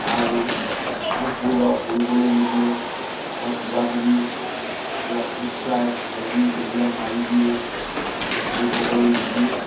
আৰু পোক পৰুৱা পৰিবলৈ নিদিয়ে তাত কিবাকিবি এইবিলাক ফুট ছাঁই হেৰি এইবিলাক মাৰি দিয়ে পোক হ'বলৈ নিদিয়ে